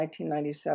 1997